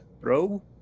throw